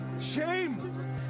Shame